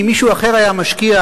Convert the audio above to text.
אם מישהו אחר היה משקיע,